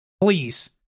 please